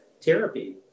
therapy